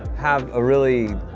have a really,